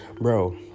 Bro